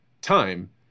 time